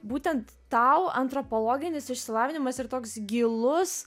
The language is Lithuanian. būtent tau antropologinis išsilavinimas ir toks gilus